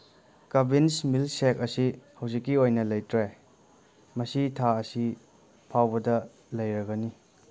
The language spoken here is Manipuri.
ꯀꯕꯤꯟꯁ ꯃꯤꯜꯛ ꯁꯦꯛ ꯑꯁꯤ ꯍꯧꯖꯤꯛꯀꯤ ꯑꯣꯏꯅ ꯂꯩꯇ꯭ꯔꯦ ꯃꯁꯤ ꯊꯥ ꯑꯁꯤ ꯐꯥꯎꯕꯗ ꯂꯩꯔꯒꯅꯤ